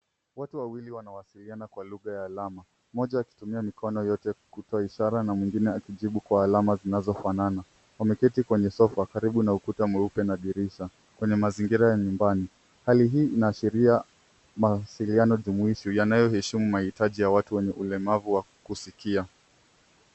Watu wawili wanawasiliana kwa lugha ya alama. Mmoja akitumia mikono yote akitumia ishara na mwengine akijibu kwa alama zinazofanana ameketi kwenye sofa karibu na ukuta mweupe na dirisha kwenye mazigira ya nyumbani hali hii inaashiria mawasiliano jumuishi yanayoheshimu mahitaji ya watu wenye ulemavu wa kusikia.